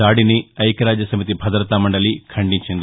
దాడిని ఐక్యరాజ్యసమితి భద్రదతా మండలి ఖండించింది